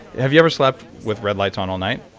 have you ever slept with red lights on all night?